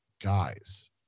guys